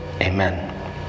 Amen